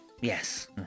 yes